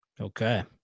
Okay